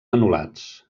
anul·lats